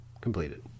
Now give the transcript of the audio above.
Completed